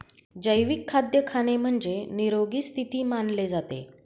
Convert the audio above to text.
जैविक खाद्य खाणे म्हणजे, निरोगी स्थिती मानले जाते